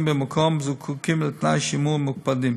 במקום זקוקים לתנאי שימור מוקפדים: